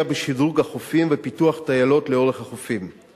בשדרוג החופים ובפיתוח טיילות לאורך החופים.